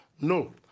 No